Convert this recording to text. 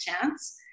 chance